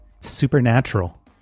Supernatural